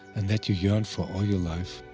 and that you yearned for all your life,